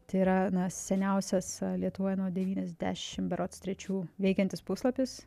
tai yra seniausias lietuvoje nuo devyniasdešimt berods trečių veikiantis puslapis